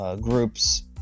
groups